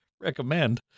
recommend